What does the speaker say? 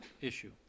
issue